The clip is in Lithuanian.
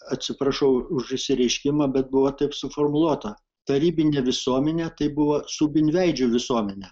atsiprašau už išsireiškimą bet buvo taip suformuluota tarybinė visuomenė tai buvo subinveidžių visuomenė